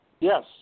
Yes